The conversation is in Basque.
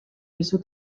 pisu